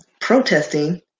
protesting